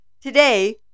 Today